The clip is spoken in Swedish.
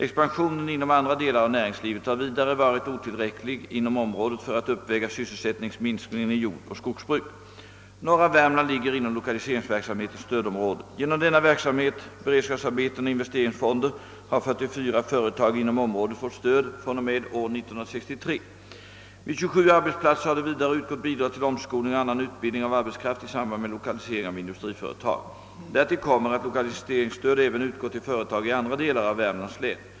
Expansionen inom andra delar av näringslivet har vidare varit för otillräcklig inom området för att uppväga sysselsättningsminskningen i jordoch skogsbruk. Norra Värmland ligger inom lokaliseringsverksamhetens stödområde. Genom denna verksamhet, beredskapsar beten och investeringsfonder har 44 företag inom området fått stöd fr.o.m. år 1963. Vid 27 arbetsplatser har det vidare utgått bidrag till omskolning och annan utbildning av arbetskraft i samband med lokalisering av industriföretag. Därtill kommer att lokaliseringsstöd även utgått till företag i andra delar av Värmlands län.